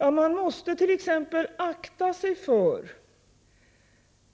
Man måste t.ex. akta sig för